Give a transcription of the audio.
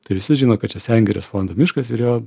tai visi žino kad čia sengirės fondo miškas ir jo